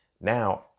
now